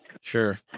Sure